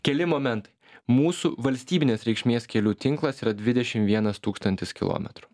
keli moment mūsų valstybinės reikšmės kelių tinklas yra dvidešim vienas tūkstantis kilometrų